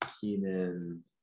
Keenan